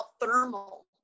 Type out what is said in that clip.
thermal